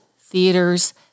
theaters